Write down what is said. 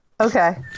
Okay